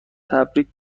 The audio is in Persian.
تبریک